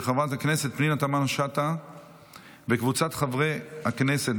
של חברת הכנסת פנינה תמנו שטה וקבוצת חברי הכנסת,